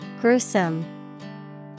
Gruesome